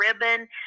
ribbon